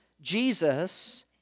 Jesus